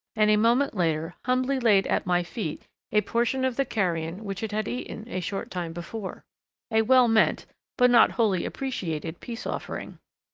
and a moment later humbly laid at my feet a portion of the carrion which it had eaten a short time before a well-meant but not wholly appreciated peace-offering.